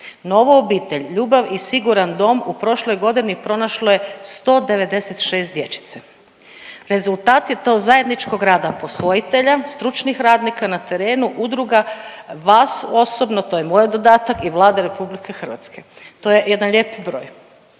Novo obitelj, ljubav i siguran dom u prošloj godini pronašlo je 196 dječice. Rezultat je to zajedničkog rada posvojitelja, stručnih radnika na terenu, udruga, vas osobno, to je moj dodatak i Vlade RH. To je jedan lijep broj.